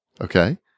Okay